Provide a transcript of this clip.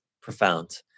profound